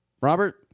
Robert